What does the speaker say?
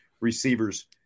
receivers